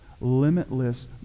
limitless